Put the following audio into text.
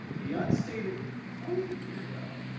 the unstated claim here though,